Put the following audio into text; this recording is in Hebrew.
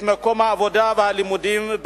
את מקום העבודה והלימודים,